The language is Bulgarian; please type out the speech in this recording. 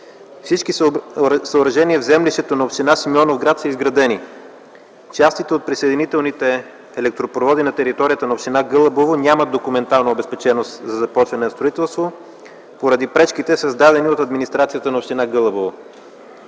Всички съоръжения в землището на община Симеоновград са изградени. Частите от присъединителните електропроводи на територията на община Гълъбово нямат документална обезпеченост за започване на строителство, поради пречките, създадени от администрацията на община Гълъбово.